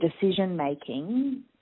decision-making